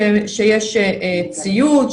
שיש ציוד,